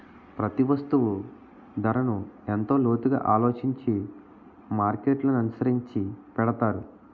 ప్రతి వస్తువు ధరను ఎంతో లోతుగా ఆలోచించి మార్కెట్ననుసరించి పెడతారు